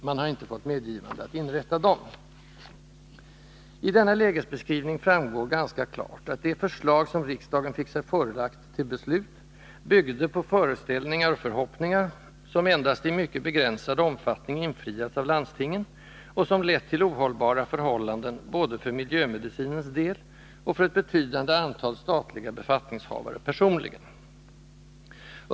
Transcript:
Man har inte fått medgivande att inrätta dem. Av denna lägesbeskrivning framgår ganska klart att det förslag som riksdagen fick sig förelagt till beslut byggde på föreställningar och förhoppningar, som endast i mycket begränsad omfattning har infriats av landstingen och som lett till ohållbara förhållanden, både för miljömedicinens del och för ett betydande antal statliga befattningshavare personligen.